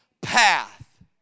path